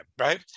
Right